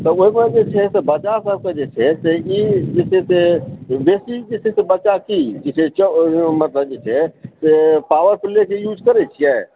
तऽ ओहिमे जे छै से बच्चा सबकेँ जे छै से ई जे छै से बेसी जे छै से बच्चा की सिखै छै ओहिमे जे छै पवार प्लेके युज करै छियै